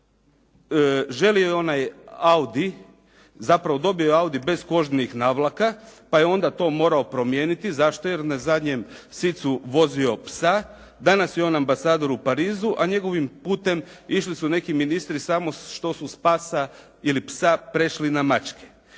želio je onaj audi, zapravo dobio je audi bez kožnih navlaka, pa je onda to morao promijeniti. Zašto? Jer na zadnjem sicu je vozio psa. Danas je on ambasador u Parizu, a njegovim putem išli su neki ministri samo što su s pasa ili psa prešli na mačke.